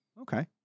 Okay